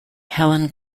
helen